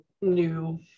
new